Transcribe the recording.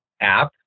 app